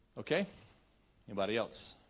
okay anybody else